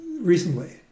recently